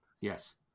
yes